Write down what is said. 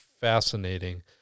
fascinating